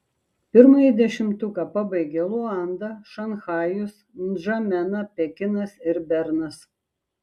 pirmąjį dešimtuką pabaigia luanda šanchajus ndžamena pekinas ir bernas